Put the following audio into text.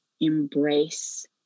embrace